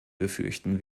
befürchten